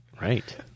right